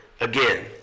again